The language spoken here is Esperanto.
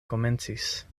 komencis